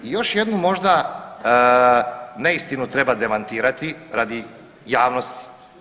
I još jednu možda neistinu treba demantirati, radi javnosti.